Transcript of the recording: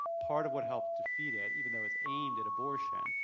part of what helped defeat it, even though it's aimed at abortion,